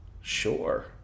Sure